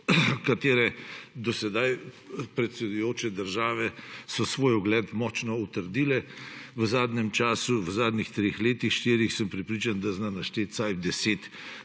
katere do sedaj predsedujoče države so svoj ugled močno utrdile v zadnjem času, v zadnjih treh letih, štirih, sem prepričan, da zna našteti vsaj